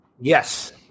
Yes